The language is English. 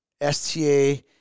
STA